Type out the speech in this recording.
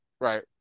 right